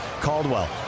Caldwell